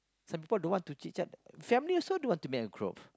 suppose to what to chit-chat family also don't want to make a group